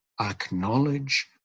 acknowledge